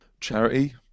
Charity